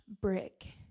brick